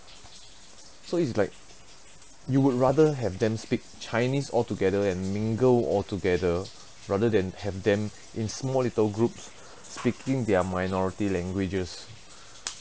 so it's like you would rather have them speak chinese altogether and mingle altogether rather than have them in small little groups speaking their minority languages